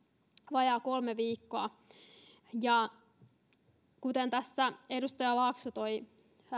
vajaa kolme viikkoa kuten tässä edustaja laakso toi